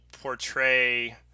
portray